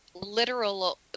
literal